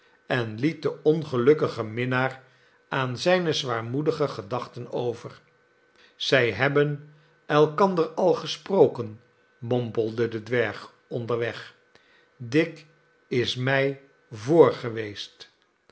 en liet den ongelukkigen minnaar aan zijne zwaarmoedige gedachten over zij hebben elkander al gesproken mompelde de dwerg onderweg dick is mij voor geweest